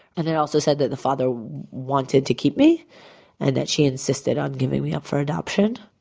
and it also said that the father wanted to keep me and that she insisted on giving me up for adoption.